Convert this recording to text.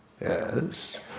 yes